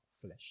flesh